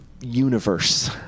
universe